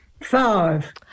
Five